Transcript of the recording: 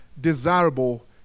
desirable